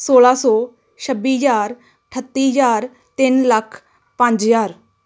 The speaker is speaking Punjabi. ਸੌਲਾਂ ਸੌ ਛੱਬੀ ਹਜ਼ਾਰ ਅਠੱਤੀ ਹਜ਼ਾਰ ਤਿੰਨ ਲੱਖ ਪੰਜ ਹਜ਼ਾਰ